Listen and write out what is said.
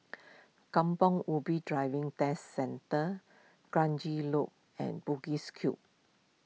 Kampong Ubi Driving Test Centre Kranji Loop and Bugis Cube